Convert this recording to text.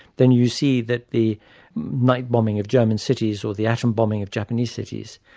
then you see that the night bombing of german cities or the atom bombing of japanese cities,